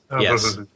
yes